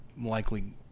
likely